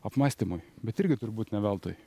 apmąstymui bet irgi turbūt ne veltui